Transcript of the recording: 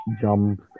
jumps